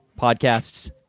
podcasts